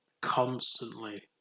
constantly